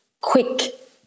quick